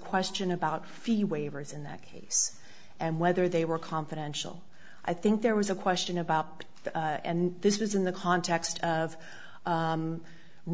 question about fee waivers in that case and whether they were confidential i think there was a question about that and this was in the context of